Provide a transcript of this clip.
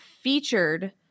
featured